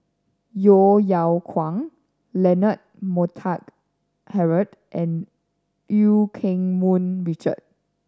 Yeo Yeow Kwang Leonard Montague Harrod and Eu Keng Mun Richard